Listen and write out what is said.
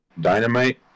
Dynamite